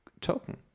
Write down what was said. token